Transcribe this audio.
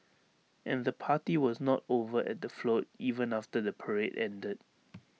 and the party was not over at the float even after the parade ended